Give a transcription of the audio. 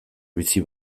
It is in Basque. bizi